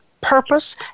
purpose